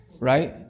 right